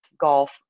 golf